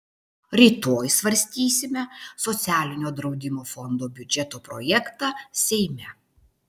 rytoj svarstysime socialinio draudimo fondo biudžeto projektą seime